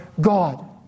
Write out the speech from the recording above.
God